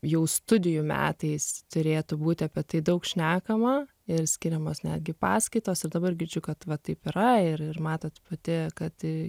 jau studijų metais turėtų būti apie tai daug šnekama ir skiriamos netgi paskaitos ir dabar girdžiu kad va taip yra ir ir matot pati kad